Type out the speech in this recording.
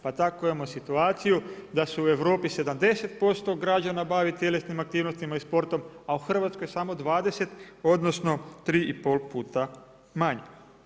Pa tako imamo situaciju da se u Europi 70% građana bavi tjelesnim aktivnostima i sportom a u Hrvatskoj samo 20 odnosno 3,5 puta manje.